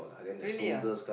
really ah